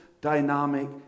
dynamic